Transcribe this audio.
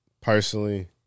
Personally